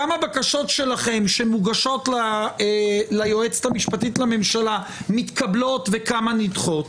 כמה בקשות שלכם שמוגשות ליועצת המשפטית לממשלה מתקבלות וכמה נדחות.